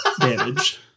damage